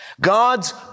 God's